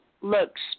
looks